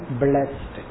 blessed